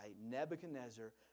Nebuchadnezzar